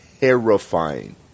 terrifying